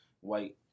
white